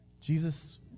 Jesus